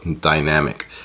dynamic